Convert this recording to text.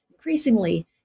increasingly